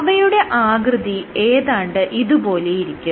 അവയുടെ ആകൃതി ഏതാണ്ട് ഇതുപോലെയിരിക്കും